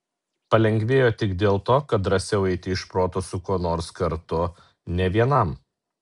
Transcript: palengvėjo tik dėl to kad drąsiau eiti iš proto su kuo nors kartu ne vienam